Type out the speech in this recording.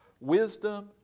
Wisdom